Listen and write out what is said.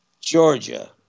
Georgia